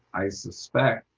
i suspect